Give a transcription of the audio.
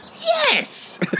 yes